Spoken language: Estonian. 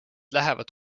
lähevad